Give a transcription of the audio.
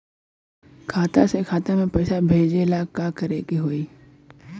खाता से खाता मे पैसा भेजे ला का करे के होई?